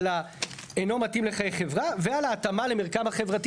על אינו מתאים לחיי חברה ועל ההתאמה למרקם החברתי